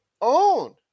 own